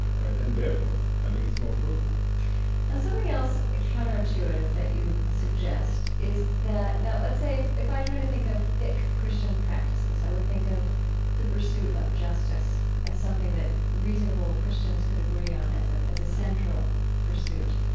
right? and therefore i think it's more fruitful now something else counter-intuitive that you suggest is that now, let's say if i try to think of thick christian practices, i would think of the pursuit of justice as something that reasonable christians could agree on as ah as a central pursuit.